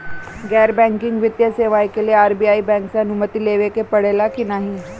गैर बैंकिंग वित्तीय सेवाएं के लिए आर.बी.आई बैंक से अनुमती लेवे के पड़े ला की नाहीं?